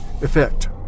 effect